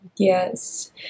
Yes